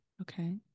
Okay